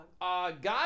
God